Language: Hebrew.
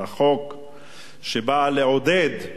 שבא לעודד בעצם חברות,